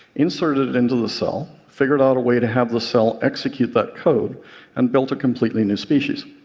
inserted it into the cell, figured out a way to have the cell execute that code and built a completely new species.